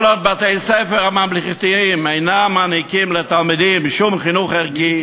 כל עוד בתי-הספר הממלכתיים אינם מעניקים לתלמידים שום חינוך ערכי,